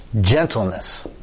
Gentleness